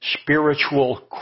spiritual